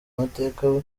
amateka